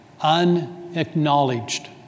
Unacknowledged